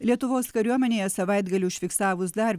lietuvos kariuomenėje savaitgalį užfiksavus dar